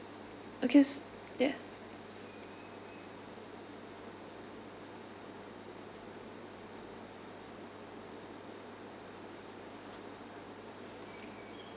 okay s~ yeah